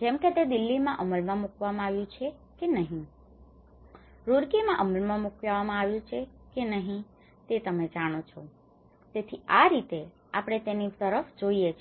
જેમકે તે દિલ્હી માં અમલમાં મુકવામાં આવ્યું છે કે નહિ રૂરકીમાં અમલમાં મુકવામાં આવ્યું છે કે નહિ તે તમે જાણો છો તેથી આ રીતે આપણે તેની તરફ જોઈએ છીએ